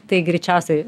tai greičiausiai